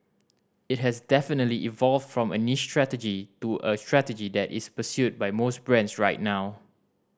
it has definitely evolved from a niche strategy to a strategy that is pursued by most brands right now